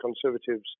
Conservatives